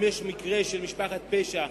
אם יש מקרה של משפחת פשע,